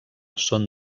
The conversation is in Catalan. són